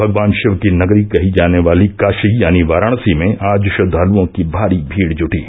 भगवान षिव की नगरी कही जाने वाली काषी यानी वाराणसी में आज श्रद्वालुओं की भारी भीड़ जुटी